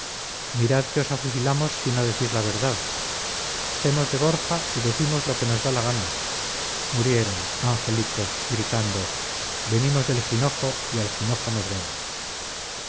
mirad que os afusilamos si no decís la verdad semos de borja y decimos lo que nos da la gana murieron angelicos gritando venimos del jinojo y al jinojo nos vamos